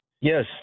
Yes